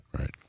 Right